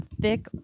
thick